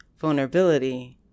Vulnerability